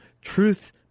Truth